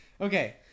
Okay